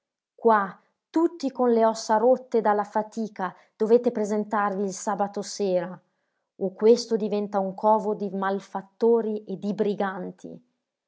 qua tutti con le ossa rotte dalla fatica dovete presentarvi il sabato sera o questo diventa un covo di malfattori e di briganti